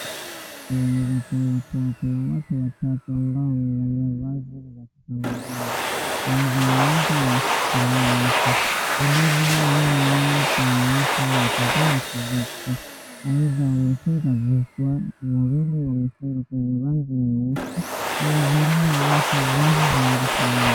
unaweza kuona kuwa kuna watu watatu ambao wamevalia vazi za kitamaduni mmoja ameshikilia mti , vilevile nyuma yao kuna miti ya kijani kibichi aidha wamefunga vichwa wawili wamefunga yenye rangi nyeusi wamevalia wote vazi linalofanana